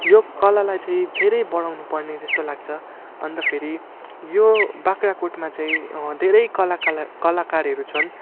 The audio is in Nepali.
यो कलालाई चाहिँ धेरै बढाउनुपर्ने जस्तो लाग्छ अन्त फेरि यो बाख्राकोटमा चाहिँ धेरै कलाकारलाई कलाकारहरू छन्